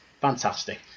Fantastic